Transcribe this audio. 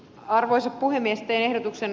arvoisa puhemies ehdotuksen